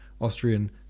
Austrian